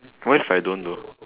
what if I don't do